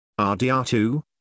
RDR2